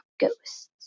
ghosts